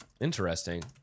Interesting